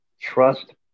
Trust